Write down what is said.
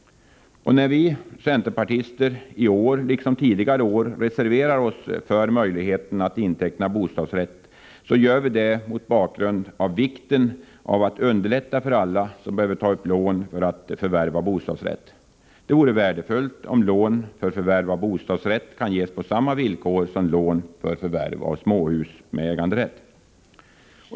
När vi centerpartister i år liksom tidigare år reserverar oss för möjligheten att inteckna bostadsrätt gör vi det med hänsyn till vikten av att underlätta för alla som behöver ta ett lån för att förvärva bostadsrätt. Det vore värdefullt om lån för förvärv av bostadsrätt skulle kunna ges på samma villkor som gäller för lån för förvärv av småhus med äganderätt.